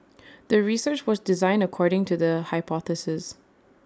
the research was designed according to the hypothesis